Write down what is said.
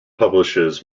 publishes